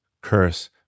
curse